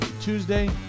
tuesday